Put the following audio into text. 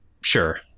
Sure